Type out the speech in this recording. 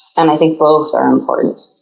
and i think both are important.